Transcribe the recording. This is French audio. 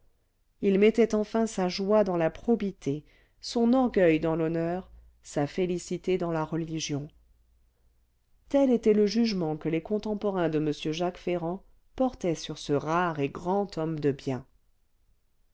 il mettait enfin sa joie dans la probité son orgueil dans l'honneur sa félicité dans la religion tel était le jugement que les contemporains de m jacques ferrand portaient sur ce rare et grand homme de bien